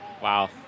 Wow